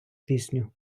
пісню